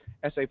SAP